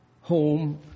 home